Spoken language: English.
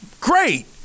great